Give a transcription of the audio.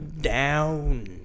down